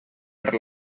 per